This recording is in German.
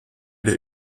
der